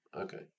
Okay